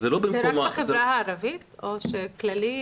במקום --- זה רק בחברה הערבית או כללי?